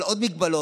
אבל עוד מגבלות.